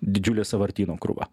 didžiulė sąvartyno krūva